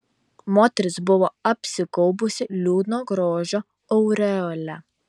moteris buvo apsigaubusi liūdno grožio aureole